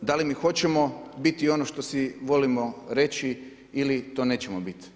Da li mi hoćemo biti ono što si volimo reći ili to nećemo biti?